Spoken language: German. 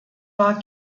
war